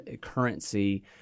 currency